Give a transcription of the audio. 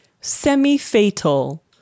semi-fatal